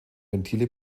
ventile